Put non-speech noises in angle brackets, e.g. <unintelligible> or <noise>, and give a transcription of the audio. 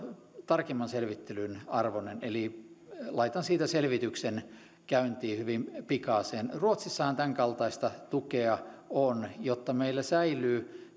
tarkemman selvittelyn arvoinen eli laitan siitä selvityksen käyntiin hyvin pikaisesti ruotsissahan tämänkaltaista tukea on jotta meillä säilyy <unintelligible>